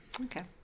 Okay